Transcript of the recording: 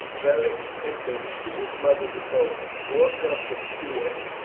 beric entered his mother's abode, walked up to the dais,